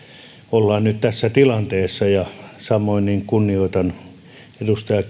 ollaan nyt tässä tilanteessa samoin kunnioitan ensimmäistä puheenvuoroa edustaja